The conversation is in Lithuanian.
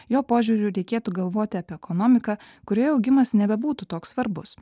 jo požiūriu reikėtų galvoti apie ekonomiką kurioje augimas nebebūtų toks svarbus